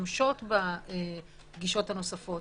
שמשתמשות בפגישות הנוספות,